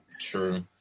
True